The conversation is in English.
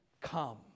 come